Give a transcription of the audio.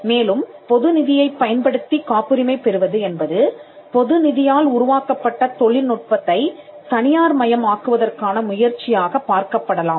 மேலும் பொது நிதியைப் பயன்படுத்தி காப்புரிமை பெறுவது என்பது பொது நிதியால் உருவாக்கப்பட்ட தொழில்நுட்பத்தைத் தனியார்மயம் ஆக்குவதற்கான முயற்சியாகப் பார்க்கப்படலாம்